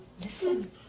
Listen